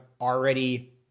already